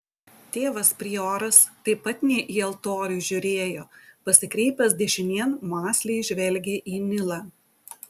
tėvas prioras taip pat ne į altorių žiūrėjo pasikreipęs dešinėn mąsliai žvelgė į nilą